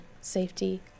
safety